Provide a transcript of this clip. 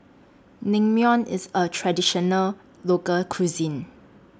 Naengmyeon IS A Traditional Local Cuisine